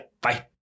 bye